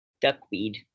duckweed